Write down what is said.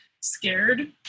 scared